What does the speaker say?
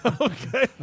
Okay